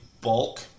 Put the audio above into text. bulk